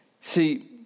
See